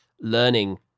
learning